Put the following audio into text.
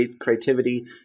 creativity